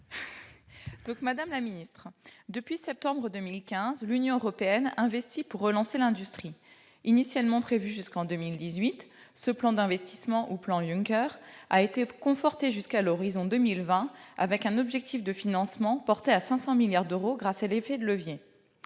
Madame la secrétaire d'État, depuis septembre 2015, l'Union européenne investit pour relancer l'industrie. Initialement prévu jusqu'en 2018, ce plan d'investissement, ou plan Juncker, a été conforté jusqu'à l'horizon 2020 avec un objectif de financement porté à 500 milliards d'euros grâce à l'effet de levier.